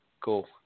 cool